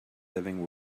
living